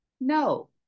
no